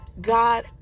God